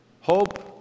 hope